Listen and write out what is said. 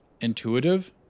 intuitive